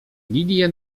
lilie